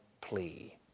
plea